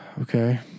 Okay